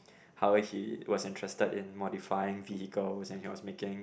how he was interested in modifying vehicles and he was making